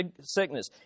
sickness